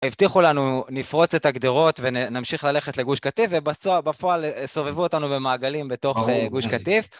הבטיחו לנו נפרוץ את הגדרות ונמשיך ללכת לגוש קטיף, ובסוף בפועל סובבו אותנו במעגלים בתוך גוש קטיף.